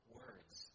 words